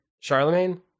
Charlemagne